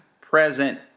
present